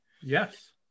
Yes